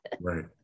Right